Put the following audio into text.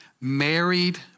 married